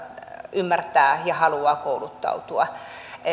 ymmärtää ja haluaa kouluttautua